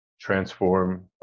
transform